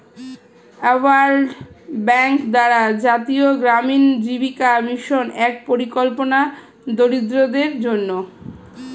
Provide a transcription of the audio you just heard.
world Bank দ্বারা জাতীয় গ্রামীণ জীবিকা মিশন এক পরিকল্পনা দরিদ্রদের জন্যে